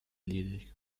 ledig